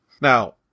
Now